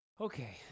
Okay